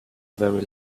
very